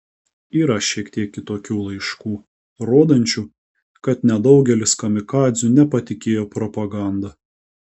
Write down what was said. yra šiek tiek kitokių laiškų rodančių kad nedaugelis kamikadzių nepatikėjo propaganda